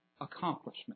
accomplishment